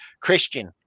Christian